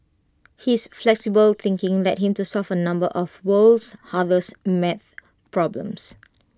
his flexible thinking led him to solve A number of world's hardest math problems